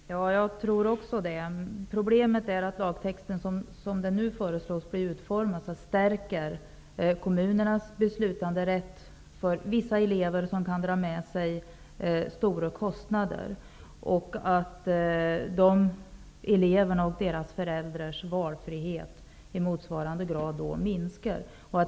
Fru talman! Jag håller med statsrådet om det. Problemet är att lagtexten, som den nu föreslås bli utformad, stärker kommunernas beslutanderätt i fråga om vissa elever, vilken kan dra med sig stora kostnader, medan valfriheten för de eleverna och deras föräldrar i motsvarande grad minskar.